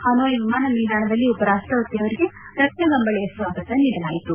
ಪನೋಯ್ ವಿಮಾನ ನಿಲ್ಲಾಣದಲ್ಲಿ ಉಪರಾಪ್ಲಪತಿಯವರಿಗೆ ರತ್ನಗಂಬಳಿ ಸ್ವಾಗತ ನೀಡಲಾಯಿತು